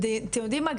אתם יודעים מה,